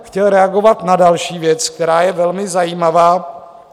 Chtěl jsem reagovat na další věc, která je velmi zajímavá.